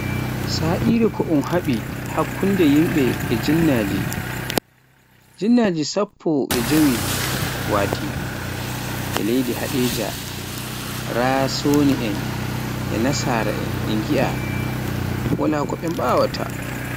Sa'ire un haɓi hakkunde yimɓe e jinneeji, jinneeji sappp jeewetati wati, e leydi Hadejia, ra soni'en e nasara e ngi'a, wala ko ɓe mbawaata.